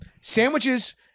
Sandwiches